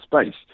space